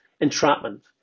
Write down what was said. entrapment